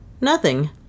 Nothing